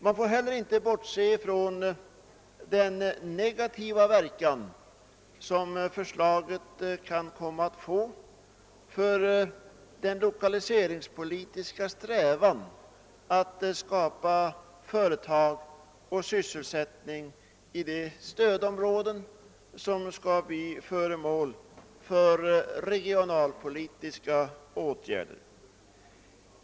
Man får heller inte bortse från den negativa verkan som förslaget kan komma att få för den lokaliseringspolitiska strävan att skapa företag och sysselsättning i de stödområden som skall bli föremål för regionalpolitiska åtgärder.